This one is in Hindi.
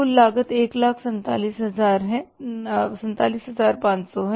कुल लागत 147500 है